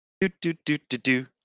Do-do-do-do-do